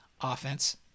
offense